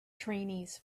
trainees